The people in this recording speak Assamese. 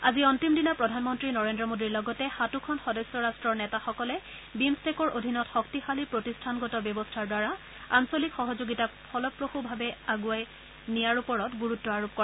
আজি অন্তিমদিনা প্ৰধানমন্ত্ৰী নৰেন্দ্ৰ মোডীৰ লগতে সাতোখন সদস্য ৰাষ্ট্ৰ নেতাসকলে বিমট্টেকৰ অধীনত শক্তিশালী প্ৰতিষ্ঠানাগত ব্যৱস্থাৰ দ্বাৰা আঞ্চলিক সহযোগিতাক ফলপ্ৰসূভাৱে আগবঢ়াই নিয়াৰ ওপৰত গুৰুত্ব আৰোপ কৰে